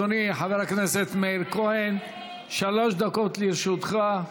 אדוני חבר הכנסת מאיר כהן, שלוש דקות לרשותך.